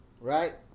right